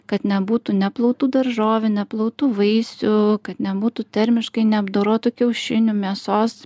kad nebūtų neplautų daržovių neplautų vaisių kad nebūtų termiškai neapdorotų kiaušinių mėsos